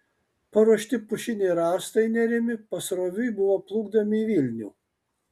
paruošti pušiniai rąstai nerimi pasroviui buvo plukdomi į vilnių